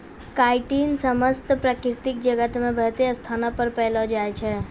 chitin समस्त प्रकृति जगत मे बहुते स्थानो पर पैलो जाय छै